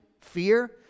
fear